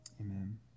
Amen